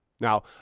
Now